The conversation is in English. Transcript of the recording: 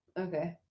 Okay